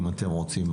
אם אתם רוצים,